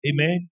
Amen